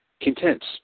Contents